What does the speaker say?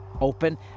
open